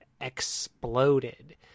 exploded